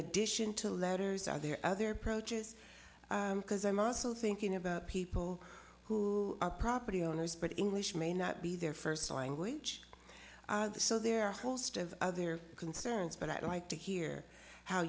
addition to letters are there other protests because i'm also thinking about people who are property owners but english may not be their first language the so there are host of other concerns but i'd like to hear how